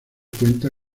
cuenta